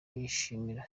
yishimira